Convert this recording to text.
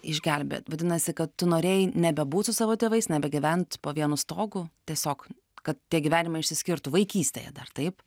išgelbėt vadinasi kad tu norėjai nebebūt su savo tėvais nebegyvent po vienu stogu tiesiog kad tie gyvenimai išsiskirtų vaikystėje dar taip